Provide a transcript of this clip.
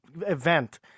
event